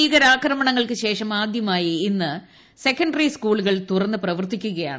ഭീകരാക്രമണങ്ങൾക്ക് ശേഷം ആദ്യമായി ഇന്ന് സെക്കന്ററി സ്കൂളുകൾ തുറന്നു പ്രവർത്തിക്കുകയാണ്